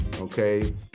okay